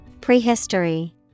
prehistory